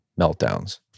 meltdowns